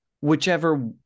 whichever